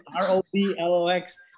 R-O-B-L-O-X